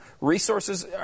Resources